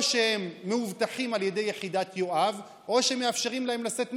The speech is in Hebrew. או שהם מאובטחים על ידי יחידת יואב או שמאפשרים להם לשאת נשק,